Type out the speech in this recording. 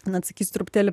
na atsakysiu truputėlį